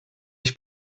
ich